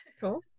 Cool